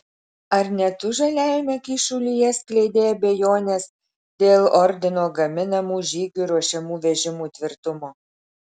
ar ne tu žaliajame kyšulyje skleidei abejones dėl ordino gaminamų žygiui ruošiamų vežimų tvirtumo